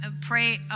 pray